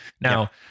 Now